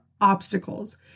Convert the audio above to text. obstacles